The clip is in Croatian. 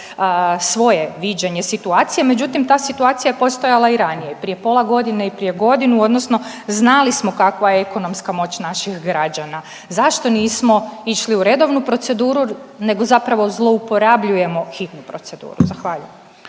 svoje viđenje situacije, međutim ta situacija je postojala i ranije, prije pola godine i prije godinu odnosno znali smo kakva je ekonomska moć naših građana. Zašto nismo išli u redovnu proceduru nego zapravo zlouporabljujemo hitnu proceduru? Zahvaljujem.